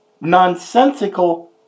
nonsensical